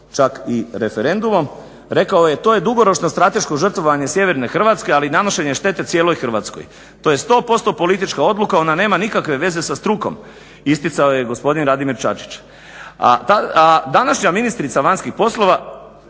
čak i referendumom. Rekao je to je dugoročno strateško žrtvovanje sjeverne Hrvatske ali i nanošenje štete cijeloj Hrvatskoj. To je 100% politička odluka, ona nema nikakve veze sa strukom isticao je gospodin Radimir Čačić. A današnja ministrica vanjskih poslova